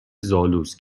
زالوست